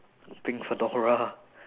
pink fedora